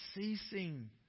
ceasing